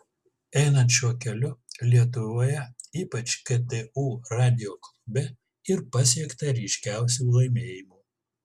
einant šiuo keliu lietuvoje ypač ktu radijo klube ir pasiekta ryškiausių laimėjimų